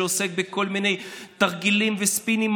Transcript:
שעוסק בכל מיני תרגילים וספינים,